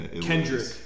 Kendrick